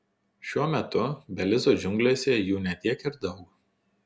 šiuo metu belizo džiunglėse jų ne tiek ir daug